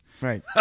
Right